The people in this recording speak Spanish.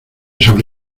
sobre